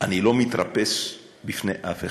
אני לא מתרפס בפני אף אחד.